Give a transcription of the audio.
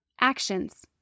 Actions